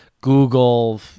Google